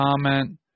comment